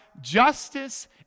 justice